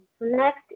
Next